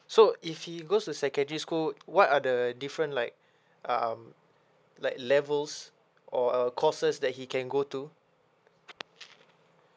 so if he goes to secondary school what are the different like um like levels or uh courses that he can go to